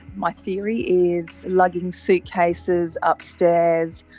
my theory is lugging suitcases upstairs,